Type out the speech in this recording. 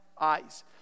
eyes